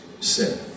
sin